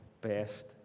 best